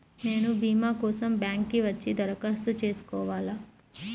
నేను భీమా కోసం బ్యాంక్కి వచ్చి దరఖాస్తు చేసుకోవాలా?